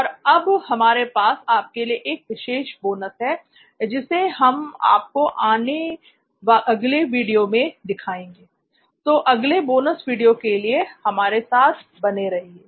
और अब हमारे पास आपके लिए एक विशेष बोनस है जिसे हम आपको अपने अगले वीडियो में दिखाएंगे तो अगले बोनस वीडियो के लिए हमारे साथ बने रहिए